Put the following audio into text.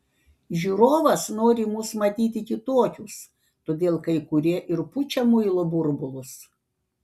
žiūrovas nori mus matyti kitokius todėl kai kurie ir pučia muilo burbulus